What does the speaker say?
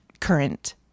current